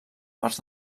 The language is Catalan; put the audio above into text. parts